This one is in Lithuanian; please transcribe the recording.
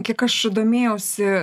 kiek aš domėjausi